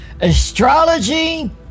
astrology